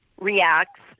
reacts